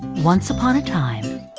once upon a time,